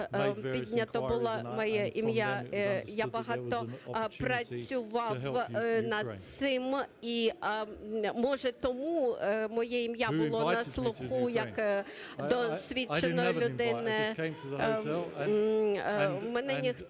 Я багато працював над цим і, може, тому моє ім'я було на слуху як досвідченої людини. Мене ніхто... Я просто приїхав в